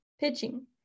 pitching